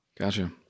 Gotcha